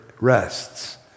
rests